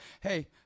Hey